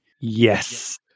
yes